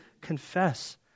confess